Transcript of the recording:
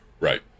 Right